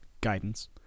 guidance